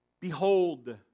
behold